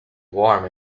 warm